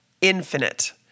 infinite